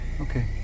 Okay